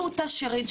לא אותה שירין,